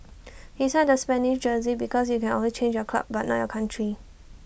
he signed the Spanish jersey because you can always change your club but not your country